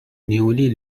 newly